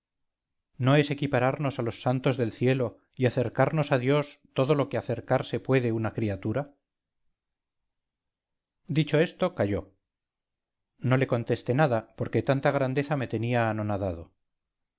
no es equipararnos a los santos del cielo y acercarnos a dios todo lo que acercarse puede una criatura dicho esto calló no le contesté nada porque tanta grandeza me tenía anonadado